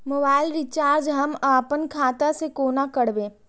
Mobile recharge हम आपन खाता से कोना करबै?